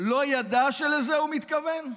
לא ידע שלזה הוא מתכוון?